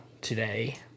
today